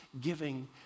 giving